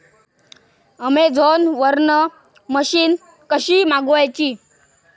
Amazon वरन machine कशी मागवची?